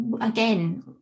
again